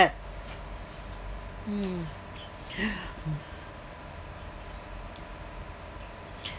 mm